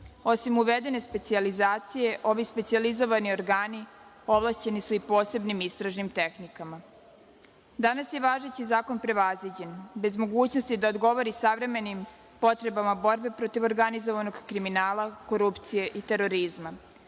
Osim uvedene specijalizacije, ovi specijalizovani organi ovlašćeni su i posebnim istražnim tehnikama. Danas je važeći zakon prevaziđen, bez mogućnosti da odgovori savremenim potrebama borbe protiv organizovanog kriminala, korupcije i terorizma.